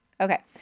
Okay